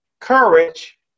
courage